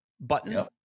button